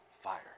fire